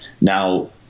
now